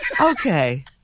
Okay